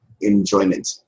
enjoyment